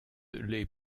les